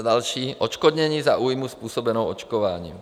Za další odškodnění za újmu způsobenou očkováním.